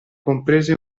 compreso